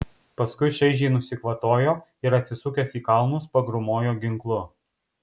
paskui šaižiai nusikvatojo ir atsisukęs į kalnus pagrūmojo ginklu